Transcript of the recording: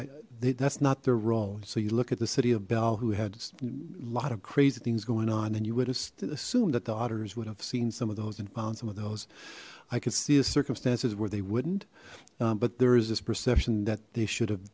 know that's not their role so you look at the city of bell who had a lot of crazy things going on and you would have assumed that the auditors would have seen some of those and found some of those i could see the circumstances where they wouldn't but there is this perception that they should have